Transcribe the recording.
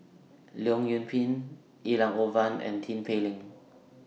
Leong Yoon Pin Elangovan and Tin Pei Ling